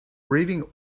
reading